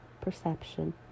perception